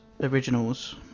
originals